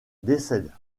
décède